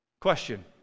Question